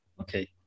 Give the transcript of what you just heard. Okay